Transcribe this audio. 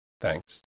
Thanks